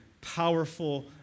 powerful